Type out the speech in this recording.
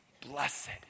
Blessed